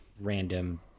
random